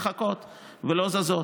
מחכות ולא זזות.